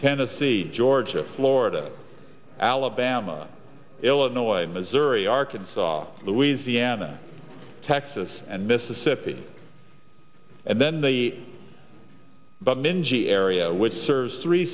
tennessee georgia florida alabama illinois missouri arkansas louisiana texas and mississippi and then the but mingy area which serves three